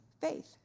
faith